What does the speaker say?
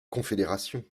confédération